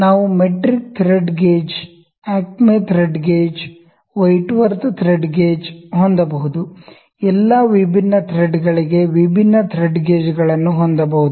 ನಾವು metric thread gauge Acme thread gauge Whitworth thread gauge ಹೊಂದಬಹುದು ಎಲ್ಲಾ ವಿಭಿನ್ನ ಥ್ರೆಡ್ಗಳಿಗೆ ವಿಭಿನ್ನ ಥ್ರೆಡ್ ಗೇಜ್ಗಳನ್ನು ಹೊಂದಬಹುದು